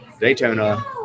Daytona